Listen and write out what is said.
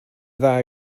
dda